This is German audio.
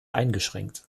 eingeschränkt